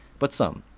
but some.